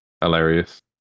hilarious